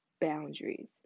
boundaries